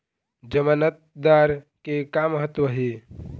जमानतदार के का महत्व हे?